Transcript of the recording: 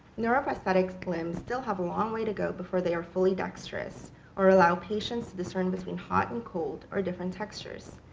neuroprosthetics limbs still have a long way to go before they are fully dexterous or allow patients to discern between hot and cold or different textures.